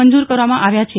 મંજૂર કરવામાં આવ્યા છે